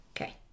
Okay